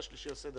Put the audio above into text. הישיבה ננעלה בשעה